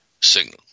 signal